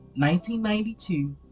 1992